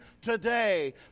today